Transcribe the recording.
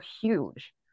huge